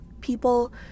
people